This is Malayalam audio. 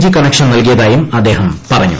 ജി കണക്ഷൻ നല്കിയതായും അദ്ദേഹം പറഞ്ഞു